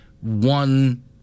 one